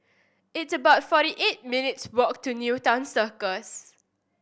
it's about forty eight minutes' walk to Newton Circus